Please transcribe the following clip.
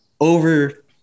over –